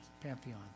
pantheon